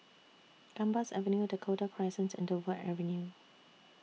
Gambas Avenue Dakota Crescent and Dover Avenue